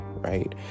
right